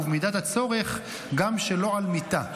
ובמידת הצורך גם שלא על מיטה,